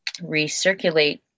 recirculate